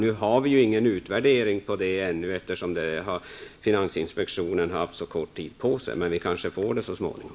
Nu har inte ännu någon utvärdering gjorts eftersom finansinspektionen har funnits under så kort tid. Men vi kanske får en sådan så småningom.